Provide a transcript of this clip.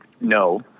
no